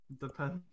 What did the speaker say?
depends